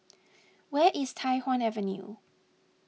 where is Tai Hwan Avenue